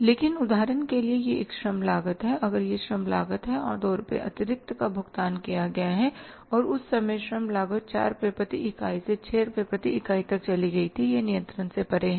लेकिन उदाहरण के लिए यह एक श्रम लागत है अगर यह एक श्रम लागत है और 2 रुपये अतिरिक्त का भुगतान किया गया है और उस समय श्रम लागत 4 रुपये प्रति इकाई से 6 रुपये प्रति इकाई तक चली गई थी यह नियंत्रण से परे है